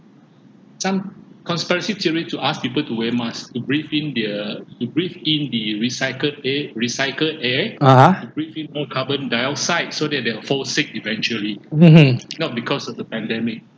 (uh huh) mmhmm